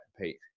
Pete